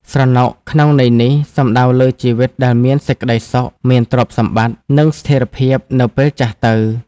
«ស្រណុក» ក្នុងន័យនេះ សំដៅលើជីវិតដែលមានសេចក្ដីសុខ មានទ្រព្យសម្បត្តិ និងស្ថិរភាពនៅពេលចាស់ទៅ។